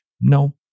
No